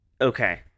Okay